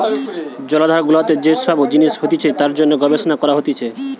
জলাধার গুলাতে যে সব জিনিস হতিছে তার জন্যে গবেষণা করা হতিছে